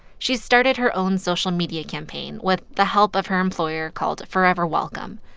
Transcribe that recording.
she's started her own social media campaign with the help of her employer called forever welcome.